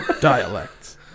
dialects